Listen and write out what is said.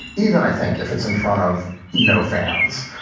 even i think if it's in front of no fans,